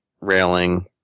railing